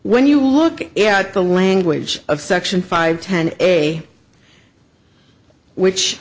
when you look at the language of section five ten a which